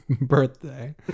birthday